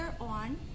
on